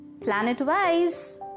Planet-wise